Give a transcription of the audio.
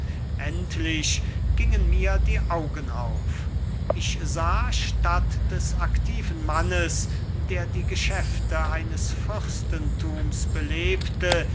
endlich gingen mir die augen auf ich sah statt des aktiven mannes der die geschäfte eines fürstentums belebte